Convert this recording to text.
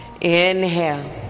Inhale